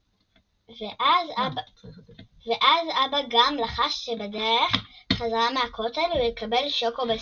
ואז אבא גם לחש שבדרך חזרה מהכותל הוא יקבל שוקו בשקית.